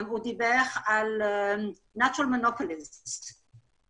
הוא דיבר על מונופולים טבעיים,